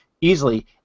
easily